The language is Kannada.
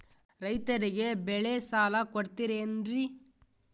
ರೈತರಿಗೆ ಬೆಳೆ ಸಾಲ ಕೊಡ್ತಿರೇನ್ರಿ?